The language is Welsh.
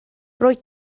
rwyt